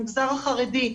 המגזר החרדי,